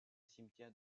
cimetière